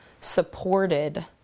supported